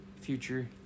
future